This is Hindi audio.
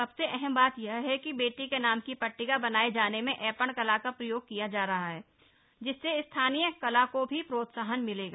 सबसे अहम बात यह है कि बेटी के नाम की पट्टिका बनाए जाने में ऐपण कला का प्रयोग किया जा रहा है जिससे स्थानीय कला को भी प्रोत्साहन मिलेगा